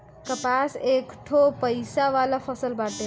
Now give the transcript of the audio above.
कपास एकठो पइसा वाला फसल बाटे